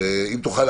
ואם תוכל,